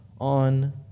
on